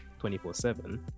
24-7